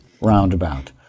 roundabout